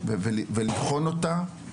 ולבחון אותה,